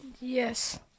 Yes